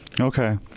Okay